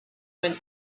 wind